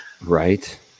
Right